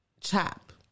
Chop